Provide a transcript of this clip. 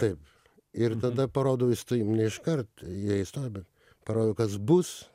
taip ir dar parodau įstojim ne iškart jie įstoja bet parodau kas bus